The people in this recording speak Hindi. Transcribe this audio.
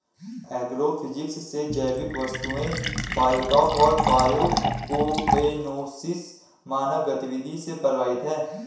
एग्रोफिजिक्स से जैविक वस्तुएं बायोटॉप और बायोकोएनोसिस मानव गतिविधि से प्रभावित हैं